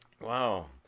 Wow